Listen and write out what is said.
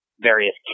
various